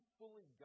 fully